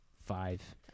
Five